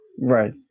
right